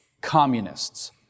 Communists